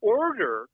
order